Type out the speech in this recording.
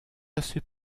assez